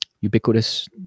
ubiquitous